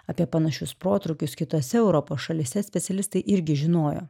apie panašius protrūkius kitose europos šalyse specialistai irgi žinojo